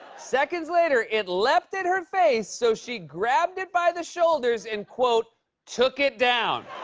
seconds later, it leapt at her face, so she grabbed it by the shoulders and. took it down.